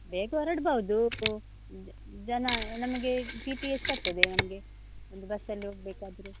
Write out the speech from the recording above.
ಬೇಗ ಹೊರಡ್ಬೌದು ಜನ ನಮಗೆ ಟಿ ಟಿ ಎಷ್ಟಾಗ್ತದೆ ನಮಗೆ ಒಂದು ಬಸ್ಸಲ್ಲಿ ಹೋಗ್ಬೇಕಾದ್ರೆ